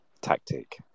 tactic